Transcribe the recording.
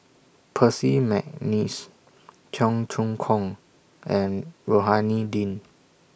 Percy Mcneice Cheong Choong Kong and Rohani Din